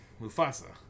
Mufasa